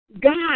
God